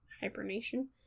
hibernation